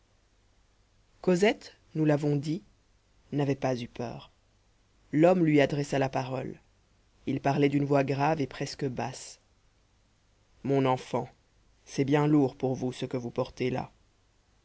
cosette nous l'avons dit n'avait pas eu peur l'homme lui adressa la parole il parlait d'une voix grave et presque basse mon enfant c'est bien lourd pour vous ce que vous portez là